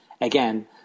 Again